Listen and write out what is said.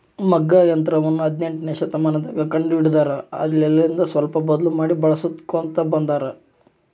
ಮಗ್ಗ ಯಂತ್ರವನ್ನ ಹದಿನೆಂಟನೆಯ ಶತಮಾನದಗ ಕಂಡು ಹಿಡಿದರು ಅಲ್ಲೆಲಿಂದ ಸ್ವಲ್ಪ ಬದ್ಲು ಮಾಡಿ ಬಳಿಸ್ಕೊಂತ ಬಂದಾರ